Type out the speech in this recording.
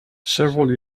several